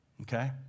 okay